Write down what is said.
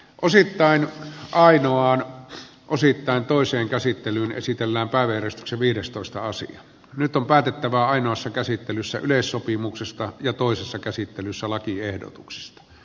osittain kaikilla on osittain toiseen käsittelyyn esitellään kaveriksi viidestoista asian nyt on päätettävä ainoassa käsittelyssä yleissopimuksesta ja toisessa käsittelyssä lakiehdotuksista